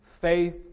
faith